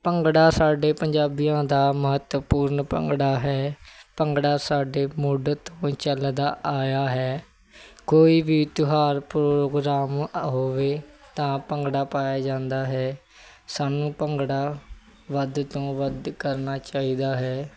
ਭੰਗੜਾ ਸਾਡੇ ਪੰਜਾਬੀਆਂ ਦਾ ਮਹੱਤਵਪੂਰਨ ਭੰਗੜਾ ਹੈ ਭੰਗੜਾ ਸਾਡੇ ਮੁੱਢ ਤੋਂ ਚੱਲਦਾ ਆਇਆ ਹੈ ਕੋਈ ਵੀ ਤਿਉਹਾਰ ਪ੍ਰੋਗਰਾਮ ਹੋਵੇ ਤਾਂ ਭੰਗੜਾ ਪਾਇਆ ਜਾਂਦਾ ਹੈ ਸਾਨੂੰ ਭੰਗੜਾ ਵੱਧ ਤੋਂ ਵੱਧ ਕਰਨਾ ਚਾਹੀਦਾ ਹੈ